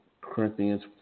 Corinthians